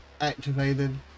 activated